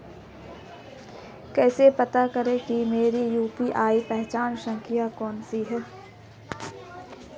कैसे पता करें कि मेरी यू.पी.आई पहचान संख्या कौनसी है?